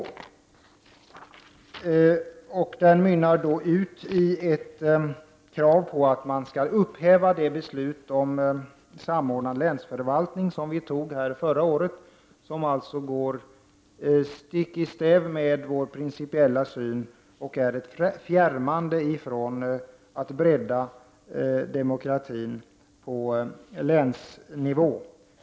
Reservationen mynnar ut i ett krav på att det beslut om samordnad länsförvaltning som riksdagen fattade förra året skall upphävas. Detta beslut går nämligen stick i stäv mot vår principiella syn och innebär ett fjärmande från en breddning av demokratin på länsnivå.